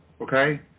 okay